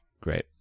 Great